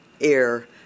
air